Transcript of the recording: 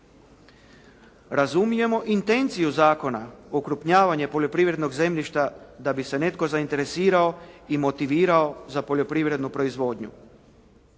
Razumijemo intenciju zakona okrupnjavanje poljoprivrednog zemljišta da bi se netko zainteresirao i motivirao za poljoprivrednu proizvodnju.